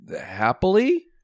Happily